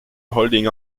holding